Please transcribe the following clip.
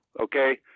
okay